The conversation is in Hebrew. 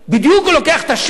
בדיוק הוא לוקח את השקר.